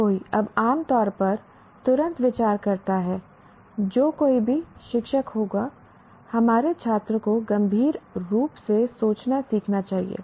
हर कोई अब आम तौर पर तुरंत विचार करता है जो कोई भी शिक्षक कहेगा हमारे छात्र को गंभीर रूप से सोचना सीखना चाहिए